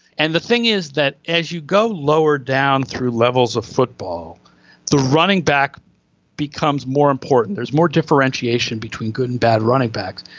and the thing is that as you go lower down through levels of football the running back becomes more important there's more differentiation between good and bad running backs.